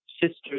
Sisters